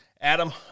Adam